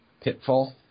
Pitfall